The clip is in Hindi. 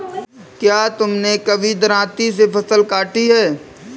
क्या तुमने कभी दरांती से फसल काटी है?